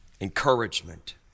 encouragement